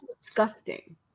disgusting